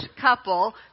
couple